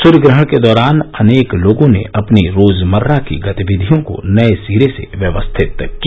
सूर्यग्रहण के दौरान अनेक लोगों ने अपनी रोजमर्रा की गतिविधियों को नए सिरे से व्यवस्थित किया